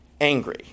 angry